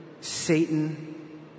Satan